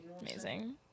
Amazing